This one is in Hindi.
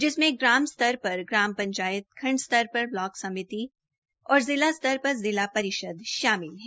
जिसमें ग्राम स्त्र पर ग्राम पृंचायत खंड स्तर पर ब्लॉक समिति और जिला स्तर पर जिला परिषद शामिल है